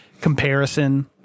comparison